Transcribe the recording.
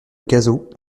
cazaux